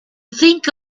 think